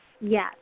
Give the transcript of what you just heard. Yes